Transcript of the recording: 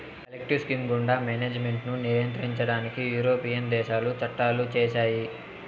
collective scheme గుండా management ను నియంత్రించడానికి యూరోపియన్ దేశాలు చట్టాలు చేశాయి